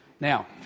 Now